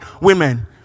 women